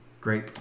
Great